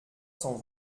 cent